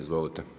Izvolite.